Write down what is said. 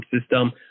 system